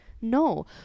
No